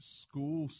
school